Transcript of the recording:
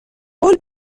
قول